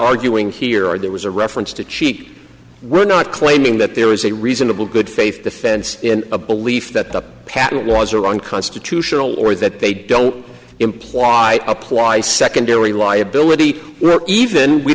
arguing here are there was a reference to cheek we're not claiming that there is a reasonable good faith defense in a belief that the patent laws are unconstitutional or that they don't imply apply secondary liability even we